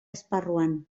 esparruan